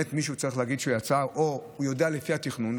מישהו צריך להגיד שהוא יצא או שהוא יודע לפי התכנון,